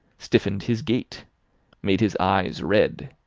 stiffened his gait made his eyes red,